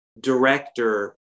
director